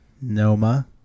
Noma